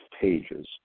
pages